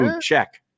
Check